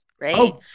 Right